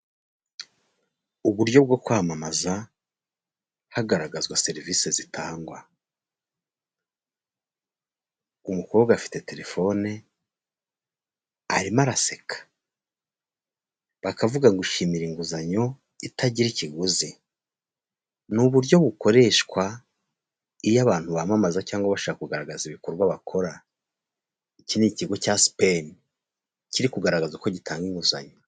Uburyo bwo kwamamaza hagaragazwa serivisi zigwa, afite terefone arimo araseka bakavuga gushimira inguzanyo itagira ikiguzi, ni uburyo bukoreshwa iyo abantu bamamaza cyangwa bashaka kugaragaza ibikorwa bakora, iki ni ikigo cya sipeni kiri kugaragaza ko gitanga inguzanyo.